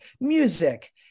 Music